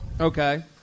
Okay